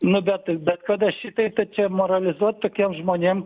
nu bet bet kada šitaip tai čia moralizuot tokiem žmonėm